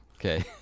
Okay